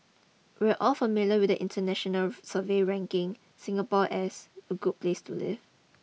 we're all familiar with the international surveys ranking Singapore as a good place to live